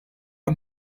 are